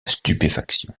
stupéfaction